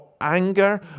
anger